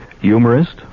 humorist